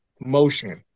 motion